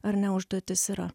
ar ne užduotis yra